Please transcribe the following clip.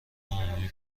عمومی